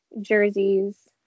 jerseys